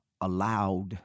allowed